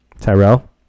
Tyrell